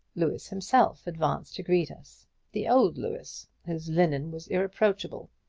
louis himself advanced to greet us the old louis, whose linen was irreproachable,